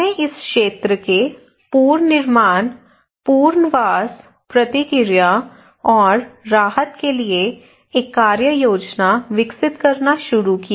हमने इस क्षेत्र के पुनर्निर्माण पुनर्वास प्रतिक्रिया और राहत के लिए एक कार्य योजना विकसित करना शुरू किया